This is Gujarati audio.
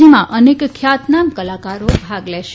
જેમાં અનેક ખ્યાતનામો કલાકારો ભાગ લેશે